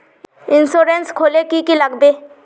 Insurance खोले की की लगाबे?